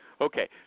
okay